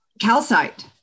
calcite